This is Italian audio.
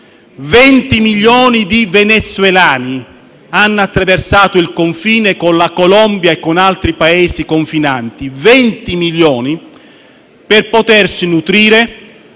milioni di venezuelani hanno attraversato il confine con la Colombia e con altri Paesi confinanti, per potersi nutrire,